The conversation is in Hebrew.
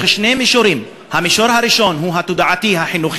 שני מישורים: המישור הראשון הוא התודעתי-חינוכי,